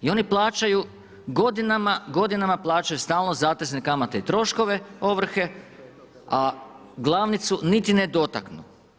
I oni plaćaju, godinama plaćaju stalno zatezne kamate i troškove ovrhe, a glavnicu niti ne dotaknu.